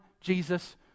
Jesus